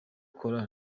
cola